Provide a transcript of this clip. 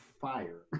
fire